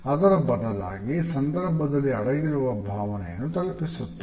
ಅದರ ಬದಲಾಗಿ ಸಂದರ್ಭದಲ್ಲಿ ಅಡಗಿರುವ ಭಾವನೆಯನ್ನು ತಲುಪಿಸುತ್ತೇವೆ